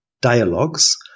dialogues